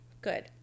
Good